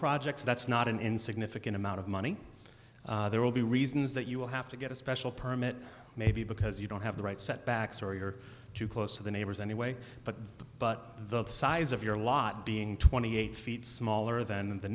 projects that's not an insignificant amount of money there will be reasons that you will have to get a special permit maybe because you don't have the right set backstory or too close to the neighbors anyway but but the size of your lot being twenty eight feet smaller than the